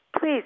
Please